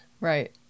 right